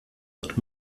wird